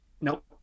Nope